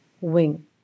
wing